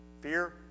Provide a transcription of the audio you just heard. Fear